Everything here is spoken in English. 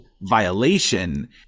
violation